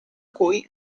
cui